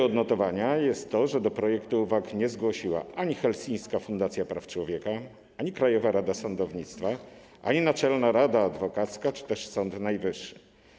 Warty odnotowania jest fakt, że do projektu uwag nie zgłosiła ani Helsińska Fundacja Praw Człowieka, ani Krajowa Rada Sądownictwa, ani Naczelna Rada Adwokacka, ani Sąd Najwyższy.